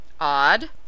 odd